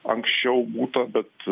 anksčiau būta bet